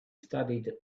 studied